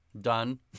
done